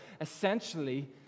essentially